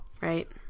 Right